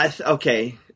Okay